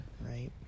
right